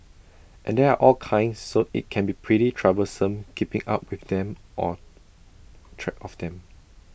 and there are all kinds so IT can be pretty troublesome keeping up with them or track of them